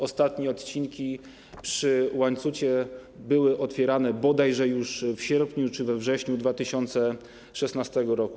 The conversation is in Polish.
Ostatnie odcinki przy Łańcucie były otwierane bodajże już w sierpniu czy we wrześniu 2016 r.